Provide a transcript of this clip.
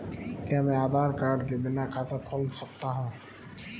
क्या मैं आधार कार्ड के बिना खाता खुला सकता हूं?